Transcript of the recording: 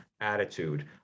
attitude